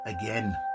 again